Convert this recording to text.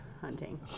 hunting